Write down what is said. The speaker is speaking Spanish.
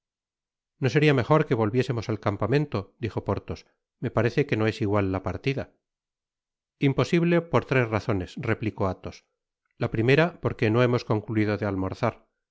no seria mejor que volviésemos al campamento dijo porthos me parece que no es igual la partida imposible por tres razones replicó athos la primera porque no hemos concluido de almorzar